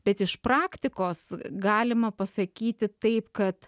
bet iš praktikos galima pasakyti taip kad